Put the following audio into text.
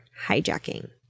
hijacking